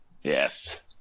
Yes